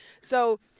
So-